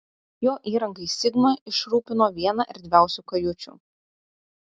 jo įrangai sigma išrūpino vieną erdviausių kajučių